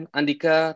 Andika